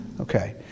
Okay